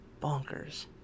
bonkers